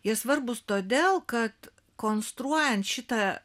jie svarbūs todėl kad konstruojant šitą